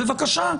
בבקשה.